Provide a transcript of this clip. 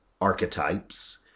archetypes